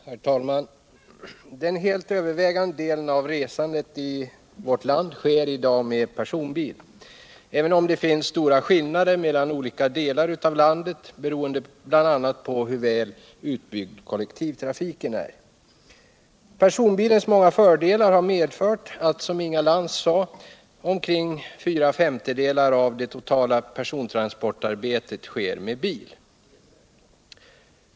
Herr talman! Den helt övervägande delen av resandet i vårt land sker i dag med personbil, även om det finns stora skillnader mellan olika delar av landet, beroende bl.a. på hur väl utbyggd kollektivtrafiken är. Personbilens många fördelar har medfört att, som Inga Lantz sade, omkring fyra femtedelar av det totala persontransportarbetet sker med bil.